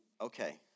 okay